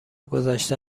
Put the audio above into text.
گذشته